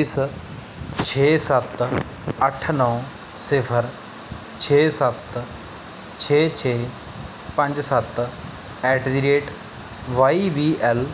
ਇਸ ਛੇ ਸੱਤ ਅੱਠ ਨੌਂ ਸਿਫ਼ਰ ਛੇ ਸੱਤ ਛੇ ਛੇ ਪੰਜ ਸੱਤ at the rate Y B L